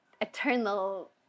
eternal